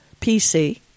PC